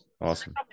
awesome